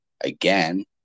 again